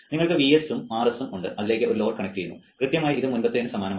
നിങ്ങൾക്ക് Vs ഉം Rs ഉം ഉണ്ട് അതിലേക്ക് ഒരു ലോഡ് കണക്റ്റുചെയ്യുന്നു കൃത്യമായി ഇത് മുൻപത്തേത് സമാനമാണ്